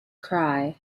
cry